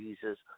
Jesus